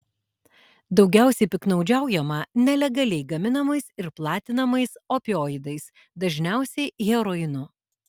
daugiausiai piktnaudžiaujama nelegaliai gaminamais ir platinamais opioidais dažniausiai heroinu